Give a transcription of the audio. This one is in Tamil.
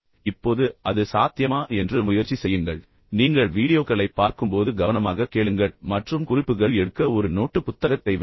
இப்போது அது சாத்தியமா என்று முயற்சி செய்யுங்கள் நீங்கள் வீடியோக்களைப் பார்க்கும்போது கவனமாகக் கேளுங்கள் மற்றும் குறிப்புகள் எடுக்க ஒரு நோட்டுப் புத்தகத்தை வைத்திருங்கள்